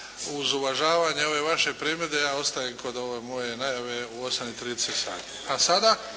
uz uvažavanje ove vaše primjedbe ja ostajem kod ove moje najave u 8 i 30 sati.